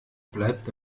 bleibt